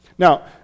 Now